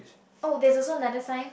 oh there's also another sign